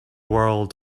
world